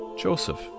Joseph